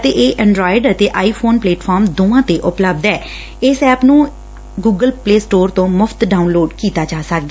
ਅਤੇ ਇਹ ਐਨਰਾਇਡ ਐ ਆਈ ਫੋਨ ਪਲੇਟਫਾਰਮ ਦੋਵਾ ਤੇ ਉਪਲੱਬਧ ਐ ਅਤੇ ਇਸ ਨੂੰ ਗੁਗਲ ਪਲੇ ਸਟੋਰ ਤੋਂ ਮੁਫ਼ਤ ਡਾਊਨਲੋਡ ਕੀਤਾ ਜਾ ਸਕਦਾ